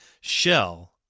Shell